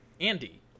Andy